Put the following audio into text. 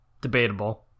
debatable